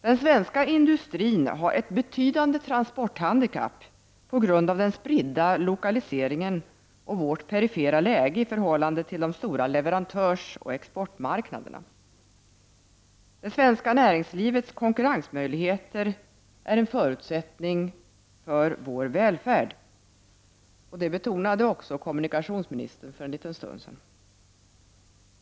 Den svenska industrin har ett betydande transporthandikapp på grund av den spridda lokaliseringen och vårt perifera läge i förhållande till de stora leverantörsoch exportmarknaderna. Det svenska näringslivets konkurrensmöjligheter är en förutsättning för vår välfärd. Detta betonade också kommunikationsministern för en liten stund sedan.